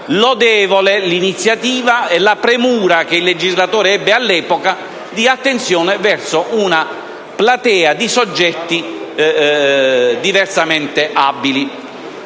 Lodevole l’iniziativa e la premura che il legislatore ebbe all’epoca rivolgendo attenzione ad una platea di soggetti diversamente abili.